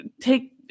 take